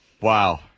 Wow